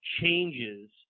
changes